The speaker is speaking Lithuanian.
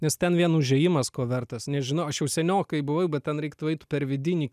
nes ten vien užėjimas ko vertas nežinau aš jau seniokai buvau bet ten reiktų eit per vidinį